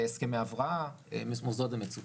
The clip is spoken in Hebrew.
הסכמי הבראה ומצוקה.